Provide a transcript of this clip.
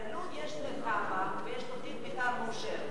בלוד יש תב"ע ויש תוכנית מיתאר מאושרת,